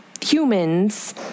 humans